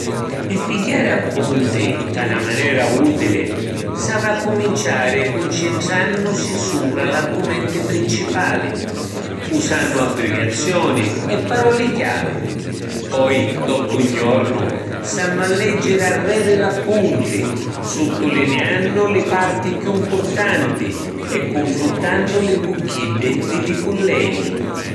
Pi pigghiari appunti nta na manera utili s’avi a accuminciari cuncintrannusi supra l’argumenti principali, usannu abbriviazioni e paroli chiavi. Poi, doppu ’n jornu, s’hannu a leggiri arreri l’appunti suttalineannu li parti chiù mpurtanti e cunfruntannuli cu chiddi di li culleghi.